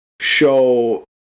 show